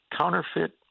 counterfeit